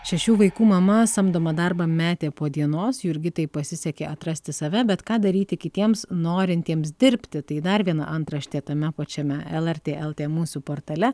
šešių vaikų mama samdomą darbą metė po dienos jurgitai pasisekė atrasti save bet ką daryti kitiems norintiems dirbti tai dar viena antraštė tame pačiame lrt lt mūsų portale